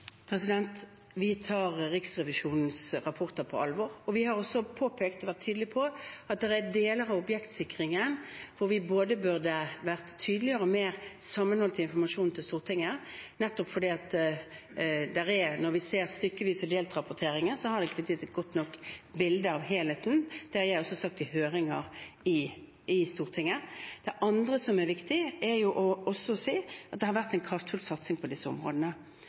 Vi tar Riksrevisjonens rapporter på alvor. Vi har også påpekt og vært tydelige på at det er deler av objektsikringen hvor vi både burde vært tydeligere og sammenholdt informasjonen til Stortinget, nettopp fordi at når vi ser stykkevis-og-delt-rapporteringen, har vi ikke gitt et godt nok bilde av helheten. Det har jeg også sagt i høringer i Stortinget. Det andre som er viktig å si, er at det har vært en kraftfull satsing på disse områdene.